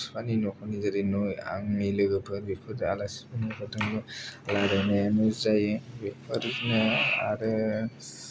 बिफानि नखरनि जेरै नै आंनि लोगोफोर बेफोर आलासिफोरजोंबो रालायनायानो जायो बेफोरजों आरो